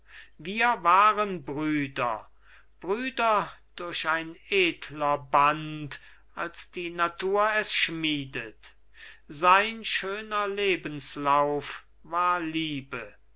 wir waren brüder brüder durch ein edler band als die natur es schmiedet sein schöner lebenslauf war liebe